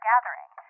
Gathering